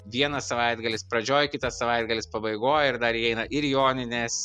vienas savaitgalis pradžioj kitas savaitgalis pabaigoj ir dar įeina ir joninės